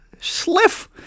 Sliff